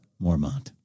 Mormont